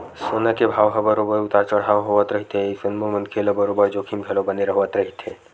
सोना के भाव ह बरोबर उतार चड़हाव होवत रहिथे अइसन म मनखे ल बरोबर जोखिम घलो बने होय रहिथे